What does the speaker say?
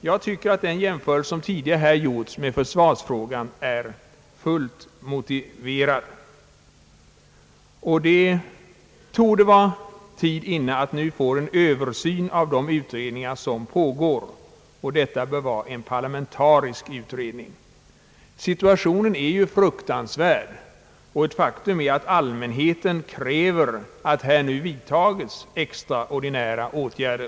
Jag tycker att den jämförelse som tidigare gjorts med försvarsfrågan är fullt motiverad. Tiden torde nu vara inne att få en översyn av de utredningar som pågår, och denna översyn bör göras av en parlamentarisk utredning. Situationen är fruktansvärd, och ett faktum är att allmänheten kräver att det nu vidtages extraordinära åtgärder.